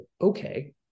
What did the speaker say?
okay